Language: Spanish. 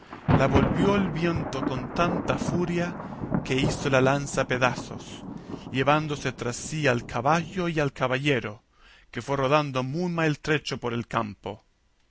la volvió el viento con tanta furia que hizo la lanza pedazos llevándose tras sí al caballo y al caballero que fue rodando muy maltrecho por el campo